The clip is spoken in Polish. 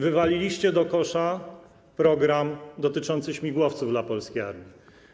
Wywaliliście do kosza program dotyczący śmigłowców dla polskiej armii.